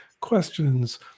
questions